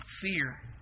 fear